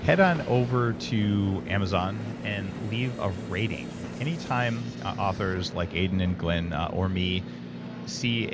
head on over to amazon and leave a rating. anytime authors like aidan and glen or me see